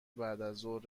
بعدازظهر